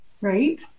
Right